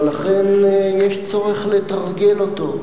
ולכן יש צורך לתרגל אותו.